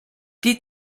die